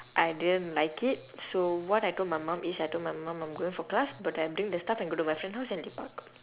I didn't like it so what I told my mum is I told my mum I'm going for class but I'm doing the stuff I go to my friend house and lepak